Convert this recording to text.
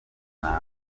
nabyo